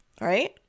right